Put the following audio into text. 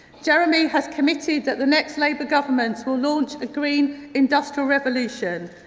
jeremy has committed that the next labour government will launch a green industrial revolution.